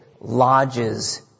lodges